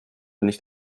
nicht